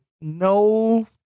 No